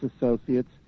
associates